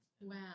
Wow